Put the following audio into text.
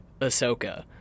Ahsoka